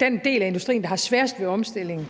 den del af industrien, der har sværest ved omstillingen,